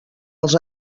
als